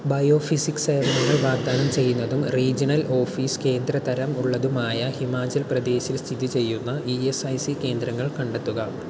biophysics സേവനങ്ങൾ വാഗ്ദാനം ചെയ്യുന്നതും റീജിയണൽ ഓഫീസ് കേന്ദ്ര തരം ഉള്ളതുമായ ഹിമാചൽ പ്രദേശ്ൽ സ്ഥിതി ചെയ്യുന്ന ഇ എസ് ഐ സി കേന്ദ്രങ്ങൾ കണ്ടെത്തുക